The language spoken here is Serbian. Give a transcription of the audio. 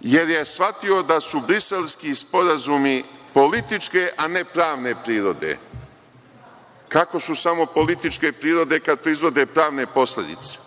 jer je shvatio da su Briselski sporazumi političke, a ne pravne prirode. Kako su samo političke prirode kad proizvode pravne posledice?